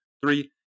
three